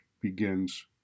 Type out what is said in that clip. begins